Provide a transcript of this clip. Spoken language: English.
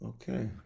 Okay